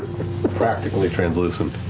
practically translucent.